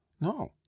No